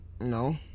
No